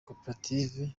koperative